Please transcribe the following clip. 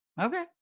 okay